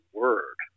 word